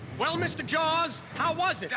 well, mr. jaws, how was it?